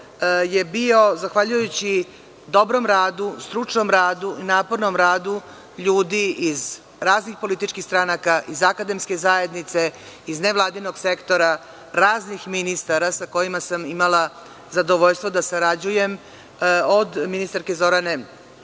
je bio, zahvaljujući dobrom radu, stručnom radu i napornom radu ljudi iz raznih političkih stranaka, iz akademske zajednice, iz nevladinog sektora, raznih ministara sa kojima sam imala zadovoljstvo da sarađujem, od ministarke Zorana